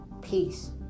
Peace